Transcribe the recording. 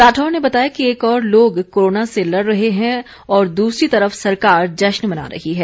राठौर ने बताया कि एक ओर लोग कोरोना से लड़ रहे हैं और दूसरी तरफ सरकार जश्न मना रही है